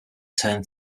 turn